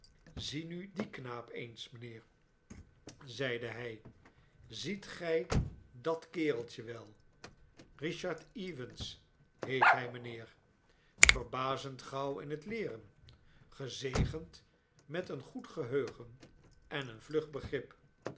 zie nu dien knaap eens mijnheer zeide hij ziet gij dat kereltje wel richard evans heet hij mijnheer verbazend gauw in het leeren gezegend met een goed geheugen en een vlug begrip